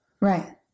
Right